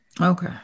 Okay